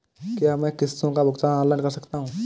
क्या मैं किश्तों का भुगतान ऑनलाइन कर सकता हूँ?